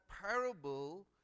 parable